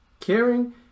caring